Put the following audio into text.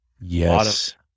yes